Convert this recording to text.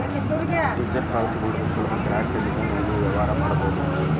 digital ಪಾವತಿ ಮಾಡೋದು ಸುಲಭ ಗ್ರಾಹಕ ಎಲ್ಲಿರ್ತಾನೋ ಅಲ್ಲಿಂದ್ಲೇ ವ್ಯವಹಾರ ಮಾಡಬೋದು